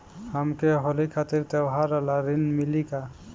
हमके होली खातिर त्योहार ला ऋण मिली का?